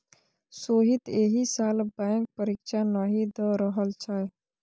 सोहीत एहि साल बैंक परीक्षा नहि द रहल छै